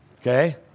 Okay